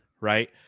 right